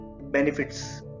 benefits